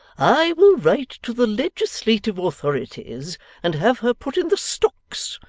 i will write to the legislative authorities and have her put in the stocks,